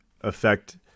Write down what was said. affect